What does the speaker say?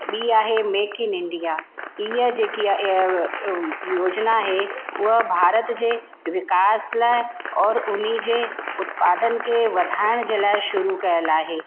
ॿी आहे make in India इहा जेकी आहे योजना आहे उहा भारत जे विकास लाइ और उनजे उत्पादन खे वधाइण जे लाइ शुरू कयल आहे